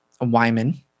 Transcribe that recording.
Wyman